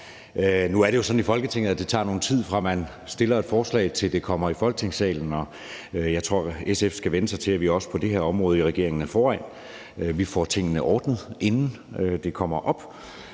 Nu er det jo sådan i Folketinget, at det tager nogen tid, fra man fremsætter et forslag, til det kommer i Folketingssalen, og jeg tror, at SF skal vænne sig til, at regeringen også på det her område er foran; den får tingene ordnet, inden de kommer op.